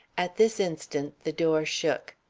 at this instant the door shook.